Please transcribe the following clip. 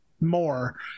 more